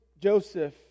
Joseph